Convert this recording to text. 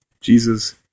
Jesus